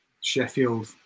Sheffield